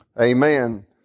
Amen